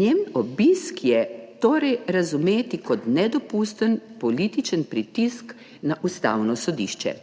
njen obisk je torej razumeti kot nedopusten političen pritisk na Ustavno sodišče.